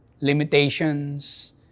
limitations